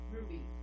Ruby